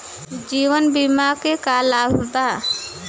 जीवन बीमा के का लाभ बा?